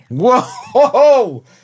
Whoa